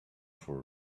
for